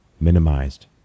minimized